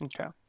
Okay